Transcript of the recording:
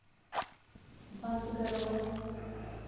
बंद करो